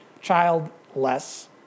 childless